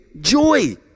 joy